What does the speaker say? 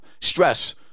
Stress